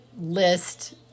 list